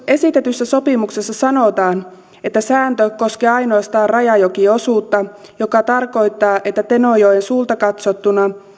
esitetyssä sopimuksessa sanotaan että sääntö koskee ainoastaan rajajokiosuutta mikä tarkoittaa että tenojoen suulta katsottuna